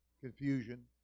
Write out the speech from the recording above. confusion